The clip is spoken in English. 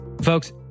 folks